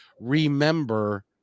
remember